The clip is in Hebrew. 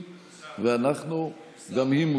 מאיר כהן,